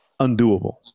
undoable